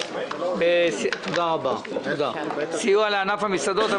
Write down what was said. נתחיל בנושא סיוע לענף המסעדות.